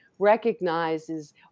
recognizes